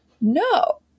no